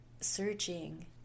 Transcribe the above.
searching